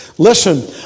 Listen